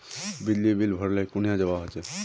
बिजली बिल भरले कुनियाँ जवा होचे?